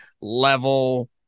level